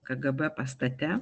kgb pastate